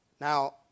Now